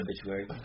obituary